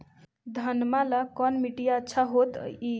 घनमा ला कौन मिट्टियां अच्छा होतई?